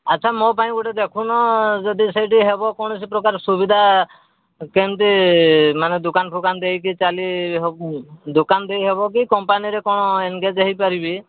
ଆଚ୍ଛା ମୋ ପାଇଁ ଗୋଟେ ଦେଖୁନ ଯଦି ସେଇଠି ହେବ କୌଣସି ପ୍ରକାର ସୁବିଧା କେମିତି ମାନେ ଦୋକାନ ଫୋକାନ ଦେଇକି ଚାଲିବ ଦୋକାନ ଦେଇହେବ କି କମ୍ପାନୀରେ କ'ଣ ଏନଗେଜ ହୋଇପାରିବି